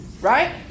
Right